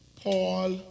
Paul